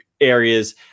areas